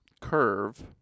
curve